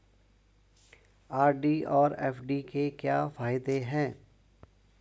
RD और FD के क्या फायदे हैं?